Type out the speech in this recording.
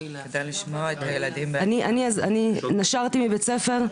אני נשרתי מבית ספר.